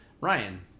Ryan